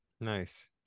Nice